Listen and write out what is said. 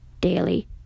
daily